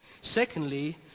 Secondly